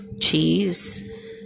cheese